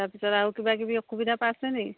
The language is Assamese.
তাৰপিছত আৰু কিবা কিবি অসুবিধা পাইছেনি